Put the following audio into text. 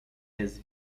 jest